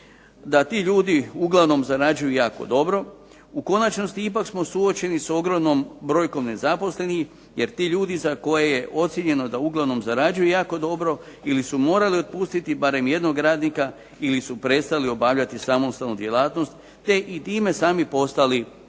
da ti ljudi uglavnom zarađuju jako dobro. U konačnosti ipak smo suočeni s ogromnom brojkom nezaposlenih jer ti ljudi za koje je ocjenjeno da uglavnom zarađuju jako dobro ili su morali otpustiti barem jednog radnika ili su prestali obavljati samostalnu djelatnost te i time sami postali nezaposleni.